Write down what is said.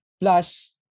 Plus